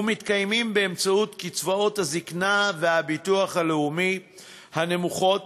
ומתקיימים באמצעות קצבאות הזיקנה והביטוח הלאומי הנמוכות,